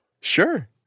Sure